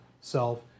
self